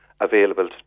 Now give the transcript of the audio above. available